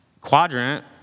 quadrant